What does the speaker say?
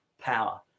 power